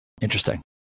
interesting